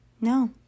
No